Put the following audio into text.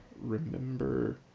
remember